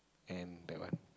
and that one